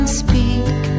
speak